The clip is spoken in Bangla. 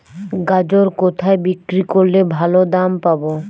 গাজর কোথায় বিক্রি করলে ভালো দাম পাব?